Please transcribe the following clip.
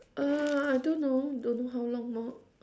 uh I don't know don't know how long more